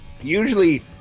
Usually